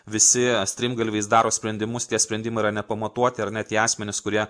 visi strimgalviais daro sprendimus tie sprendimai yra nepamatuoti ar ne tie asmenys kurie